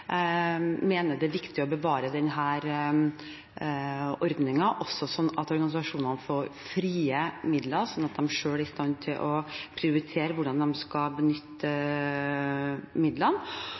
Jeg mener det er viktig å bevare denne ordningen, slik at organisasjonene får frie midler og selv er i stand til å prioritere hvordan de skal benytte midlene.